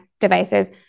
devices